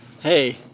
Hey